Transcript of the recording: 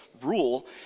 rule